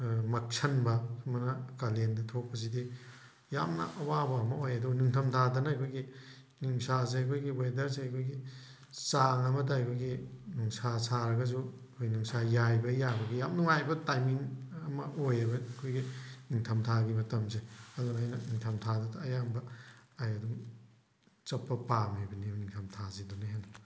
ꯃꯛꯁꯟꯕ ꯁꯨꯃꯥꯏꯅ ꯀꯥꯂꯦꯟꯗ ꯊꯣꯛꯄꯁꯤꯗꯤ ꯌꯥꯝꯅ ꯑꯋꯥꯕ ꯑꯃ ꯑꯣꯏ ꯑꯗꯨꯒ ꯅꯤꯡꯊꯝ ꯊꯥꯗꯅ ꯑꯩꯈꯣꯏꯒꯤ ꯅꯨꯡꯁꯥꯁꯦ ꯑꯩꯈꯣꯏꯒꯤ ꯋꯦꯗꯔꯁꯦ ꯑꯩꯈꯣꯏꯒꯤ ꯆꯥꯡ ꯑꯃꯗ ꯑꯩꯈꯣꯏꯒꯤ ꯅꯨꯡꯁꯥ ꯁꯥꯔꯒꯁꯨ ꯑꯩꯈꯣꯏꯒꯤ ꯅꯨꯡꯁꯥ ꯌꯥꯏꯕ ꯌꯥꯕꯒꯤ ꯌꯥꯝ ꯅꯨꯡꯉꯥꯏꯕ ꯇꯥꯏꯃꯤꯡ ꯑꯃ ꯑꯣꯏꯌꯦꯕ ꯑꯩꯈꯣꯏꯒꯤ ꯅꯤꯡꯊꯝ ꯊꯥꯒꯤ ꯃꯇꯝꯁꯦ ꯑꯗꯨꯅ ꯑꯩꯅ ꯅꯤꯡꯊꯝ ꯊꯥꯗꯇ ꯑꯌꯥꯝꯕ ꯑꯩ ꯑꯗꯨꯝ ꯆꯠꯄ ꯄꯥꯝꯃꯤꯕꯅꯦꯕ ꯅꯤꯡꯊꯝ ꯊꯥꯁꯤꯗꯅ ꯍꯦꯟꯅ